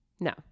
No